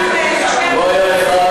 לא היה אחד